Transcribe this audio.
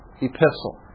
epistle